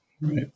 Right